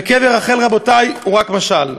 וקבר רחל, רבותי, הוא רק משל.